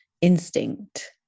instinct